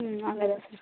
ம் அங்க தான் சார்